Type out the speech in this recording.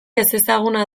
ezezaguna